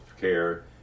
care